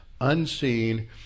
unseen